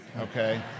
okay